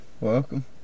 welcome